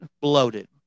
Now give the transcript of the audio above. bloated